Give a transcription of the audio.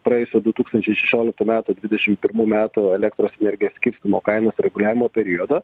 praėjusio du tūkstančiai šešioliktų metų dvidešim pirmų metų elektros energijos skirstymo kainos reguliavimo periodo